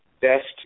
best